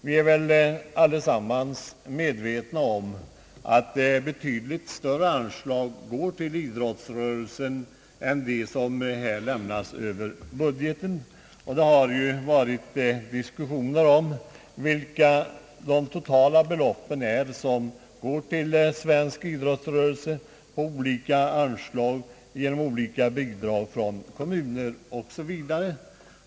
Vi är allesammans medvetna om att betydligt större anslag går till idrottsrörelsen än de som här lämnas över budgeten. Det har varit diskussioner om storleken av det totala belopp som går till svensk idrottsrörelse genom olika anslag, bidrag från kommuner osv.